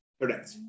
Correct